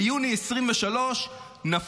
ביוני 2023 נפלו